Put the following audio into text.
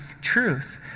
truth